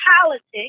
politics